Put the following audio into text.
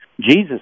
Jesus